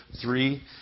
Three